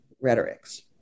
Rhetorics